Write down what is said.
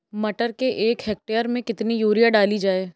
मटर के एक हेक्टेयर में कितनी यूरिया डाली जाए?